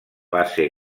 base